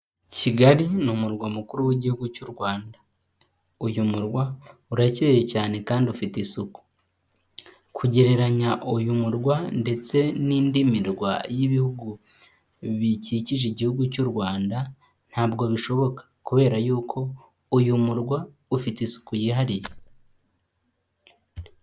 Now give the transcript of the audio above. Kigali ni umurwa mukuru w'igihugu cy'u Rwanda, uyu murwa uracye cyane kandi ufite isuku, kugereranya uyu murwa ndetse n'indi mirwa y'ibihugu bikikije igihugu cy'u Rwanda ntabwo bishoboka kubera y'uko uyu murwa ufite isuku yihariye.